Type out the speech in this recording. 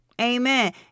amen